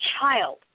child